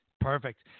Perfect